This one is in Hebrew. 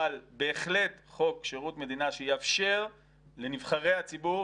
בהחלט על חוק שירות מדינה שיאפשר לנבחרי הציבור,